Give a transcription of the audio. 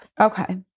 Okay